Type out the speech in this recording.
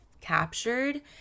captured